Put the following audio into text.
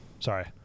Sorry